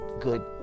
good